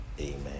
Amen